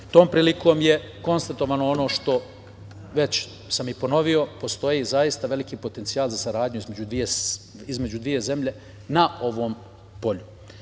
Tom prilikom je konstatovano ono što sam već i ponovio, postoji zaista veliki potencijal za saradnju između dve zemlje na ovom polju. Meni